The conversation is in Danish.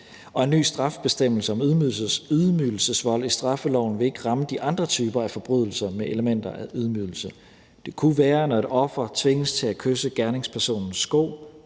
og en ny strafbestemmelse om ydmygelsesvold i straffeloven vil ikke ramme de andre typer af forbrydelser med elementer af ydmygelse. Det kunne være, når et offer tvinges til at kysse gerningspersonens sko,